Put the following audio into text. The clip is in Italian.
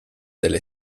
delle